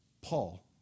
Paul